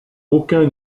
aucun